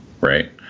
right